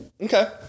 Okay